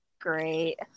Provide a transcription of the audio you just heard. great